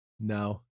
no